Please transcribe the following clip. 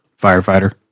firefighter